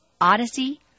Odyssey